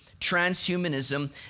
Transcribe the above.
transhumanism